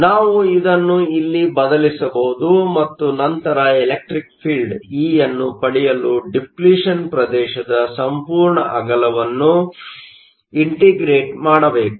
ನಾವು ಇದನ್ನು ಇಲ್ಲಿ ಬದಲಿಸಬಹುದು ಮತ್ತು ನಂತರ ಎಲೆಕ್ಟ್ರಿಕ್ ಫೀಲ್ಡ್Electreic field Eಯನ್ನು ಪಡೆಯಲು ಡಿಪ್ಲಿಷನ್Depletion ಪ್ರದೇಶದ ಸಂಪೂರ್ಣ ಅಗಲವನ್ನು ಇಂಟಿಗ್ರೇಟ್ ಮಾಡಬೇಕು